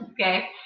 Okay